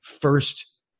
first